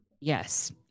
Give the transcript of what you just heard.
Yes